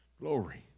glory